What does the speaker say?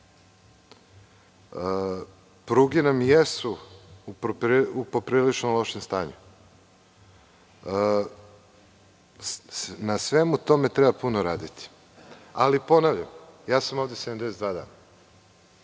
nam jesu u poprilično lošem stanju. Na svemu tome treba puno raditi, ali, ponavljam, ja sam ovde 72 dana.